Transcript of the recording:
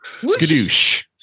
Skadoosh